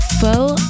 full